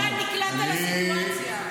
אתה נקלעת לסיטואציה.